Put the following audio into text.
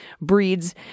breeds